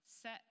Set